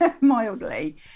mildly